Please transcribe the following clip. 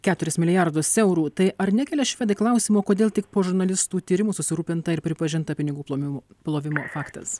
keturis milijardus eurų tai ar nekelia švedai klausimo kodėl tik po žurnalistų tyrimų susirūpinta ir pripažinta pinigų plovimu plovimo faktas